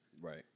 Right